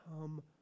come